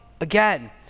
again